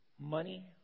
money